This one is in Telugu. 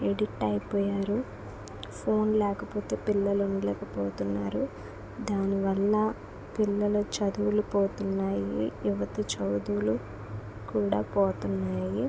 అడిక్ట్ అయిపోయారు ఫోన్ లేకపోతే పిల్లలు ఉండలేకపోతున్నారు దానివల్ల పిల్లలు చదువులు పోతున్నాయి యువతి చదువులు కూడా పోతున్నాయి